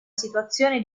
situazione